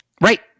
Right